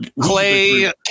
Clay